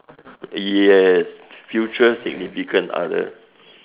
yes future significant other